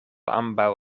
ambaŭ